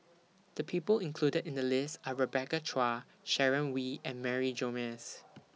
The People included in The list Are Rebecca Chua Sharon Wee and Mary Gomes